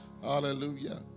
hallelujah